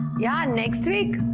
yeah next week.